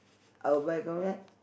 I will buy